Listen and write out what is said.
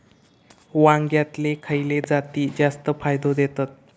वांग्यातले खयले जाती जास्त फायदो देतत?